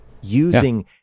using